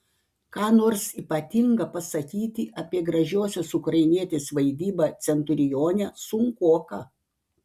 ką nors ypatinga pasakyti apie gražiosios ukrainietės vaidybą centurione sunkoka